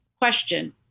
Question